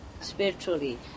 spiritually